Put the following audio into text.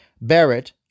Barrett